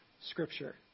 Scripture